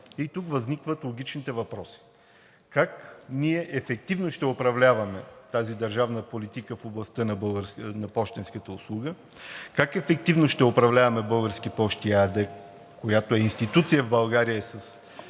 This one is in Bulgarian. и тук възникват логичните въпроси. Как ние ефективно ще управляваме тази държавна политика в областта на пощенската услуга? Как ефективно ще управляваме „Български пощи“ ЕАД, която е институция в България с